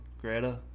Greta